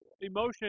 Emotion